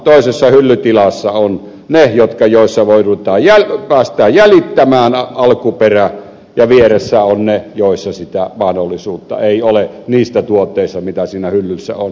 toisessa hyllytilassa olisivat ne joista päästään jäljittämään alkuperä ja vieressä olisivat ne joissa sitä mahdollisuutta ei ole siis niistä tuotteista mitä siinä hyllyssä on